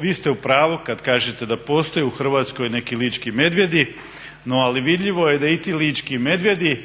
vi ste u pravu kad kažete da postoje u Hrvatskoj neki lički medvjedi, no ali vidljivo je da i ti lički medvjedi